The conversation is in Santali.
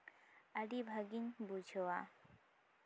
ᱟᱹᱰᱤ ᱵᱷᱟᱹᱜᱤᱧ ᱵᱩᱡᱷᱟᱹᱣᱟ